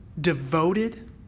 devoted